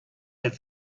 that